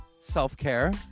self-care